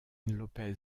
lópez